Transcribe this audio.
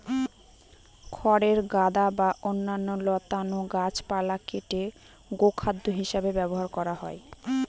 খড়ের গাদা বা অন্যান্য লতানো গাছপালা কেটে গোখাদ্য হিসাবে ব্যবহার করা হয়